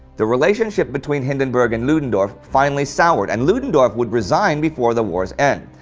the relationship between hindenburg and ludendorff finally soured, and ludendorff would resign before the war's end.